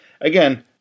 again